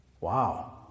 Wow